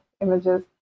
images